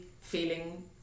feeling